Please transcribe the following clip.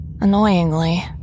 Annoyingly